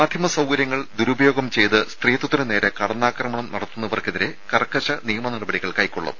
മാധ്യമ സൌകര്യങ്ങൾ ദുരുപയോഗം ചെയ്ത് സ്ത്രീത്വത്തിന് നേരെ കടന്നാക്രമണം നടത്തുന്നവർക്കെതിരെ കർക്കശ നിയമ നടപടികൾ കൈക്കൊള്ളും